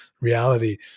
reality